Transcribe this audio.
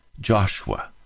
joshua